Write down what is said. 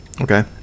okay